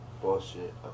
Bullshit